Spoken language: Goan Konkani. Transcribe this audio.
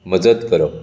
मजत करप